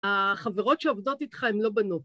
החברות שעובדות איתך הן לא בנות.